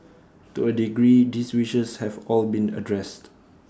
to A degree these wishes have all been addressed